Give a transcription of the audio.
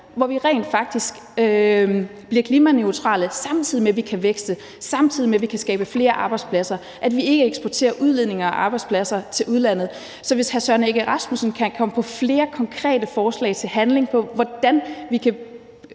hvor vi rent faktisk bliver klimaneutrale, samtidig med at vi kan vækste, og samtidig med at vi kan skabe flere arbejdspladser, hvor vi sørger for, at vi ikke eksporterer udledninger og arbejdspladser til udlandet. Så hvis hr. Søren Egge Rasmussen kan komme på flere konkrete forslag til handling, i forhold til hvordan vi kan